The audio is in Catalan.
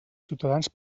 ciutadans